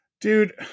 Dude